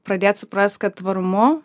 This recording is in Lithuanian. pradėt suprast kad tvarumu